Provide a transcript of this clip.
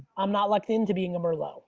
i'm not locked in to being a merlot.